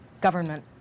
government